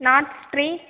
north street